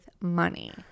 money